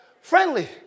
friendly